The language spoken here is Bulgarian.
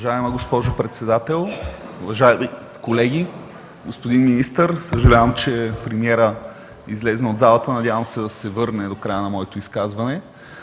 Уважаема госпожо председател, уважаеми колеги, господин министър! Съжалявам, че премиерът излезе от залата, надявам се да се върне до края на моето изказване.